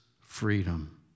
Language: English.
freedom